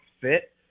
fit